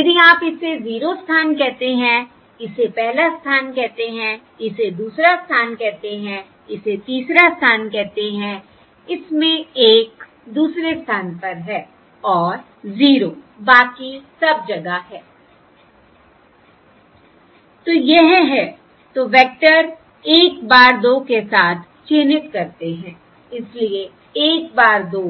यदि आप इसे 0 स्थान कहते हैं इसे पहला स्थान कहते हैं इसे दूसरा स्थान कहते हैं इसे तीसरा स्थान कहते हैं इसमें 1 दूसरे स्थान पर है और जीरो बाकी सब जगह है I तो यह है तो वेक्टर 1 bar 2 के साथ चिह्नित करते हैं इसलिए 1 bar 2